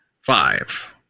Five